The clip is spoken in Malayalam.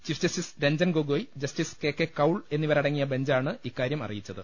chief justice Ranjan Gogoi justice K K Kaul എന്നിവരടങ്ങിയ ബെഞ്ചാണ് ഇക്കാരൃം അറിയി ച്ചത്